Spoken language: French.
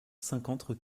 cinquante